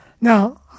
Now